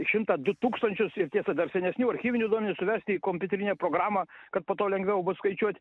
šimtą du tūkstančius ir tiesa dar senesnių archyvinius duomenis suvesti į kompiuterinę programą kad po to lengviau bus skaičiuot